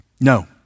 No